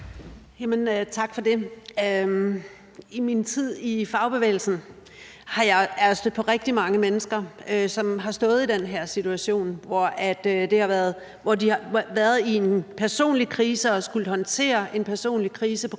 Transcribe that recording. Tak for det. I min tid i fagbevægelsen er jeg stødt på rigtig mange mennesker, som har stået i en situation, hvor de har været i en personlig krise og har skullet håndtere en sådan personlig krise på grund